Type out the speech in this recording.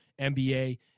NBA